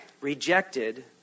rejected